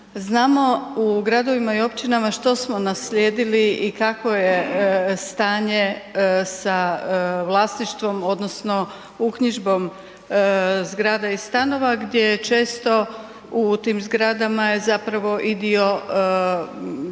Znamo u gradovima i općinama što smo nasljedili i kakvo je stanje sa vlasništvom odnosno uknjižbom zgrada i stanova gdje često u tim zgradama je zapravo i dio prostora